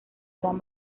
gran